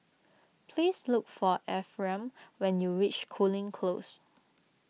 please look for Ephriam when you reach Cooling Close